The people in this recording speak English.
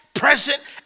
present